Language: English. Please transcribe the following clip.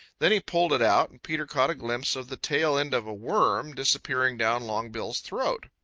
then he pulled it out and peter caught a glimpse of the tail end of a worm disappearing down longbill's throat.